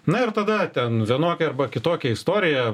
na ir tada ten vienokia arba kitokia istorija